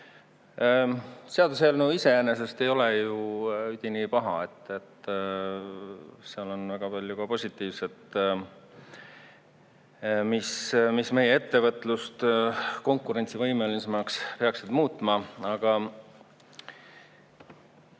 Seaduseelnõu iseenesest ei ole ju üdini paha, seal on väga palju positiivset, mis meie ettevõtlust konkurentsivõimelisemaks peaks muutma. Aga